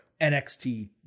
NXT